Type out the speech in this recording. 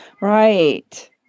Right